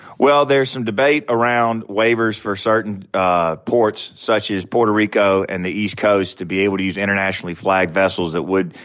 well, there's some debate around waivers for certain ah ports, such as puerto rico and the east coast, to be able to use internationally flagged vessels that would,